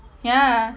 ya